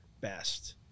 best